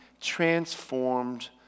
transformed